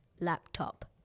laptop